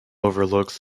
overlooks